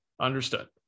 Understood